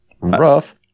rough